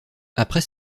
après